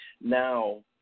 now